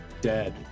dead